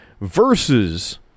versus